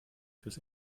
fürs